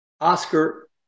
Oscar